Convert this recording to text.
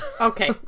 Okay